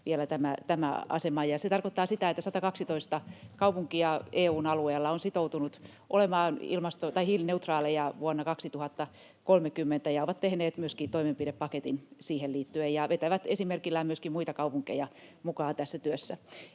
keväänä. Se tarkoittaa sitä, että 112 kaupunkia EU:n alueella on sitoutunut olemaan hiilineutraaleja vuonna 2030 ja ovat tehneet myöskin toimenpidepaketin siihen liittyen, ja vetävät esimerkillään myöskin muita kaupunkeja mukaan tässä työssä.